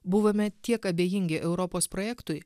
buvome tiek abejingi europos projektui